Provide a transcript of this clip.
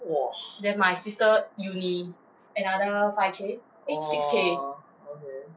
!wah! !wah! okay